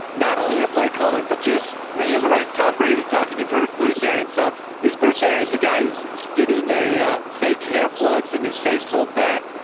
not only their play calling, but just, i mean, you've heard tom brady talking. you've heard bruce aaron suck is bruce. erin's a guy who's getting a, a fake hair plugs in his face, pulled back.